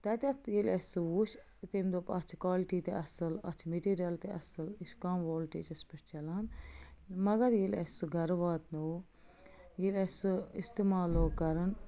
تَتٮ۪تھ ییٚلہِ اَسہِ سُہ وُچھ تٔمۍ دوٚپ اَتھ چھِ کالٹی تہِ اَصٕل اَتھ چھ میٚٹیریل تہِ اَصٕل یہِ چھُ کَم ولٹیجس پٮ۪ٹھ چَلان مگر ییٚلہِ اَسِہ سُہ گَرٕ واتنوو ییٚلہِ اَسہِ سُہ اِستعمال لوگ کَرُن